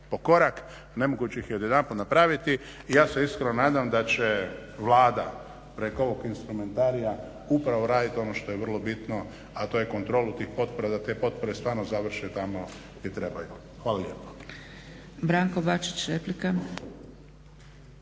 nemoguće ih je odjedanput napraviti. I ja se iskreno nadam da će Vlada preko ovog instrumentarija upravo raditi ono što je vrlo bitno, a to je kontrolu tih potpora da te potpore stvarno završe tamo gdje trebaju. Hvala lijepo.